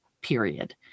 period